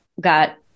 got